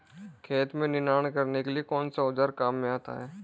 खेत में निनाण करने के लिए कौनसा औज़ार काम में आता है?